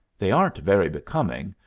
they aren't very becoming,